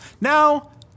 Now